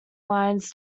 lines